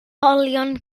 olion